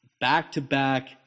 back-to-back